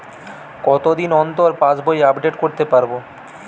কতদিন অন্তর পাশবই আপডেট করতে পারব?